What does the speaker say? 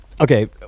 okay